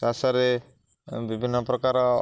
ଚାଷରେ ବିଭିନ୍ନ ପ୍ରକାର